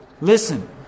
listen